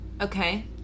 okay